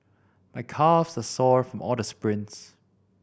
my calves are sore from all the sprints